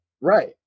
right